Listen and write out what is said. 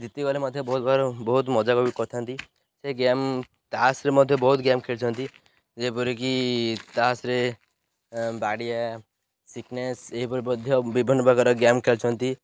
ଜିତି ଗଲେ ମଧ୍ୟ ବହୁତ ବହୁତ ମଜାକ ବି କରିଥାନ୍ତି ସେ ଗେମ୍ ତାସରେ ମଧ୍ୟ ବହୁତ ଗେମ୍ ଖେଳିଛନ୍ତି ଯେପରିକି ତାସରେ ବାଡ଼ିଆ ସିକନେସ୍ ଏହିପରି ମଧ୍ୟ ବିଭିନ୍ନ ପ୍ରକାର ଗେମ୍ ଖେଳିଛନ୍ତି